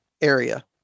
area